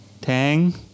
tang